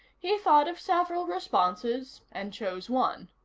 he thought of several responses and chose one.